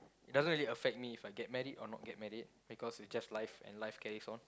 doesn't really affect me If I get married or not get married because it's just life and life carries on